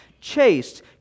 chaste